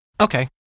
Okay